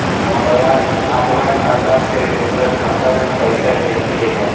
हमरा आपन खाता से दोसरा खाता में पइसा भेजे के बा